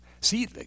See